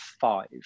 five